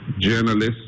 journalists